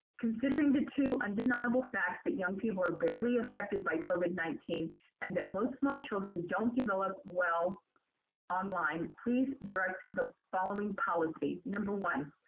considering the two undeniable facts that young people are barely affected by covid nineteen and most small children don't develop well online, please direct the following policy. number one,